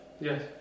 Yes